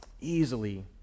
easily